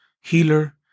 healer